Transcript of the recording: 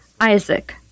Isaac